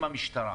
אם המשטרה